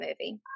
movie